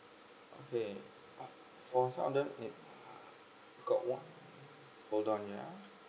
okay for sub under in~ got one hold on yeah